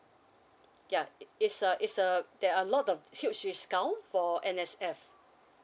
ya is a is a there are a lot of huge discount for N_S_F